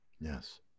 Yes